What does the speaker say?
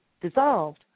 dissolved